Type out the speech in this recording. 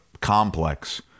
complex